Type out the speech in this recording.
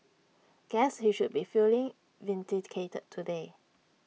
guess he should be feeling vindicated today